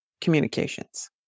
communications